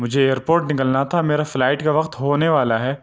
مجھے airport نکلنا تھا میرا فلائٹ کا وقت ہونے والا ہے